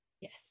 yes